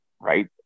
right